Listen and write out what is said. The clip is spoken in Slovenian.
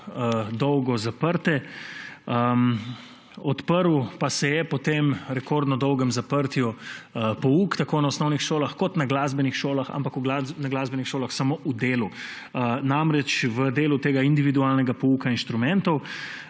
dolgo zaprte. Odprl pa se je po tem rekordno dolgem zaprtju pouk v osnovnih šolah in glasbenih šolah, ampak v glasbenih šolah samo v delu tega individualnega pouka inštrumentov.